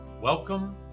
Welcome